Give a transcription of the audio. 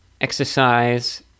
exercise